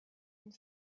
une